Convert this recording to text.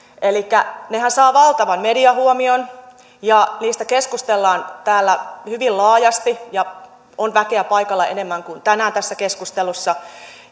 nehän saavat valtavan mediahuomion ja niistä keskustellaan täällä hyvin laajasti ja on väkeä paikalla enemmän kuin tänään tässä keskustelussa